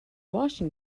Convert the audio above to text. washing